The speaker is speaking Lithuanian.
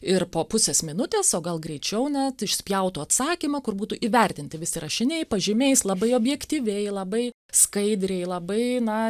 ir po pusės minutės o gal greičiau net išspjautų atsakymą kur būtų įvertinti visi rašiniai pažymiais labai objektyviai labai skaidriai labai na